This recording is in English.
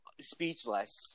speechless